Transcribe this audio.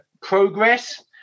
progress